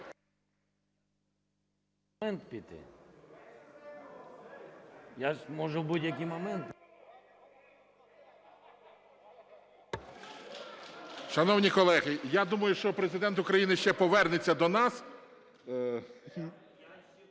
Шановні колеги, я думаю, що Президент України ще повернеться до нас.